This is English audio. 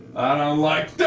i don't like